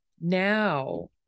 Now